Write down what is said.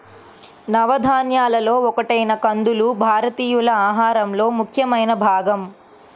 నవధాన్యాలలో ఒకటైన కందులు భారతీయుల ఆహారంలో ముఖ్యమైన భాగం